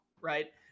right